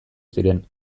ziren